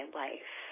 life